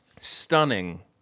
stunning